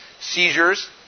seizures